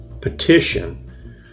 petition